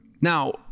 Now